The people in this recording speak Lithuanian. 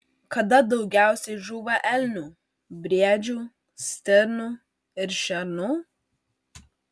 kada daugiausiai žūva elnių briedžių stirnų ir šernų